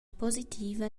positiva